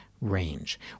range